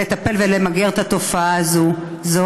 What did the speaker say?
וחברתי למגר את התופעה הזאת ולטפל בה.